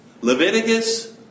Leviticus